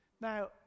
Now